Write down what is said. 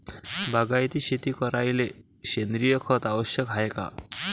बागायती शेती करायले सेंद्रिय खत आवश्यक हाये का?